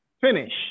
finish